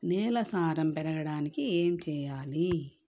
నేల సారం పెరగడానికి ఏం చేయాలి?